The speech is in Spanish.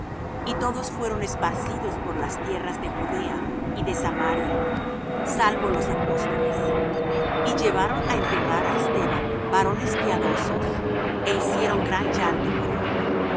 y todos fueron esparcidos por las tierras de judea y de samaria salvo los apóstoles y llevaron á enterrar á esteban varones piadosos é hicieron gran llanto sobre él